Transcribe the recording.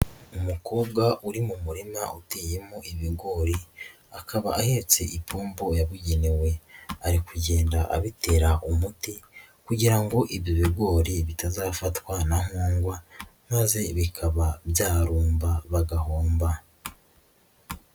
Umukobwa uri mu murima uteyemo ibigori akaba ahetse ipombo yabugenewe, ari kugenda abitera umuti kugira ngo ibyo bigori bitazafatwa na nkongwa maze bikaba byarumba bagahomba.